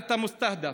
אני רוצה לחדד: